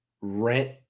rent